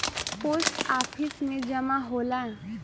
post office में जमा होला